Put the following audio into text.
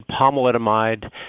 pomalidomide